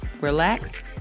relax